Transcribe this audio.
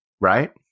right